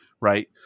right